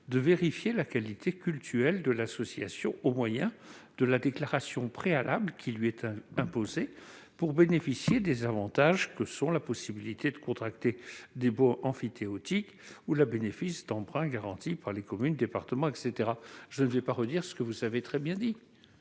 de vérifier la qualité cultuelle de l'association, au moyen de la déclaration préalable qui lui est imposée pour bénéficier des avantages que sont la possibilité de contracter des baux emphytéotiques ou le bénéfice d'emprunts garantis par les communes, départements, etc. Je ne vais pas répéter ce que vous avez très bien dit